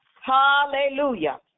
hallelujah